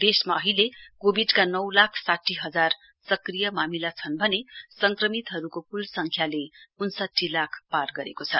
देशमा अहिले कोविडका नौ लाख साठी हजार सक्रिय मामिला छन् भने संक्रमितहरूको कुल संख्याले उन्साठी लाख पार भएको छ